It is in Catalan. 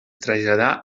traslladà